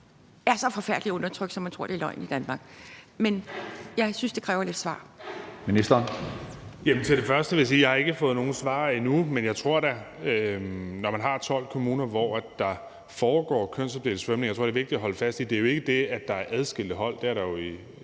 som er så forfærdelig undertrykte, at man tror det er løgn, i Danmark. Jeg synes, det kræver lidt svar.